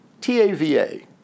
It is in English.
T-A-V-A